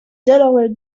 delaware